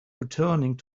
returning